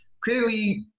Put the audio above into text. Clearly